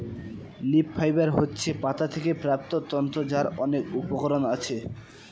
leaf fibre হচ্ছে পাতা থেকে প্রাপ্ত তন্তু যার অনেক উপকরণ আছে